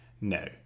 no